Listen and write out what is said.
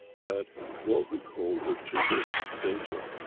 that what we call, the trigger danger,